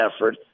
effort